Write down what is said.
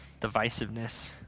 divisiveness